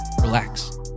relax